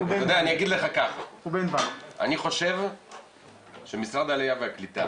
אני אגיד לך ככה, אני חושב שמשרד העלייה והקליטה